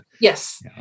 Yes